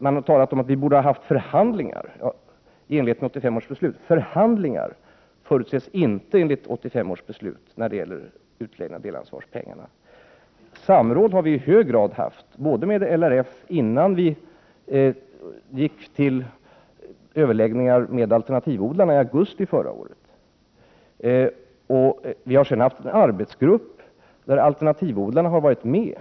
Man har talat om att vi borde ha haft förhandlingar i enlighet med 1985 års beslut. Förhandlingar förutsätts inte i 1985 års beslut när det gäller utläggning av delansvarspengarna. Innan vi gick in i överläggningar med alternativodlarna i augusti förra året hade vi i hög grad samråd, t.ex. med LRF. Vi har sedan haft en arbetsgrupp där alternativodlarna har varit med.